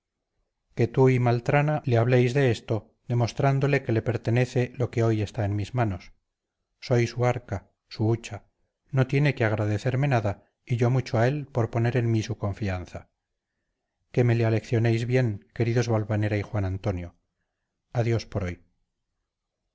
que tú y maltrana le habléis de esto demostrándole que le pertenece lo que hoy está en mis manos soy su arca su hucha no tiene que agradecerme nada y yo mucho a él por poner en mí su confianza que me le aleccionéis bien queridos valvanera y juan antonio adiós por hoy